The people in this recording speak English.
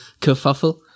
kerfuffle